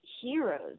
heroes